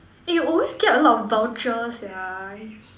eh you always get a lot of voucher sia